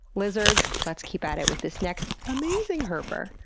lizards let's keep at it with this next amazing herper!